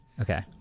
Okay